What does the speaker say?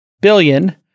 billion